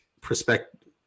perspective